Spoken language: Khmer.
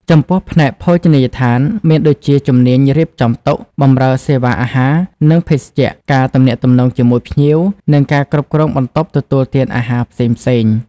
ចំពោះ ផ្នែកភោជនីយដ្ឋាន មានដូចជាជំនាញរៀបចំតុ បម្រើសេវាអាហារ និងភេសជ្ជៈ ការទំនាក់ទំនងជាមួយភ្ញៀវ និងការគ្រប់គ្រងបន្ទប់ទទួលទានអាហារផ្សេងៗ។